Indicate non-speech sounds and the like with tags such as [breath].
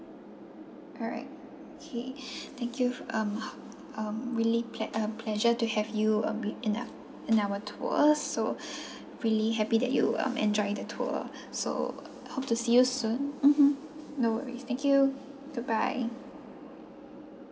alright okay [breath] thank you fo~ um [breath] um really plea~ uh pleasure to have you um we in a in our tour so [breath] really happy that you um enjoy the tour [breath] so hope to see you soon mmhmm no worries thank you goodbye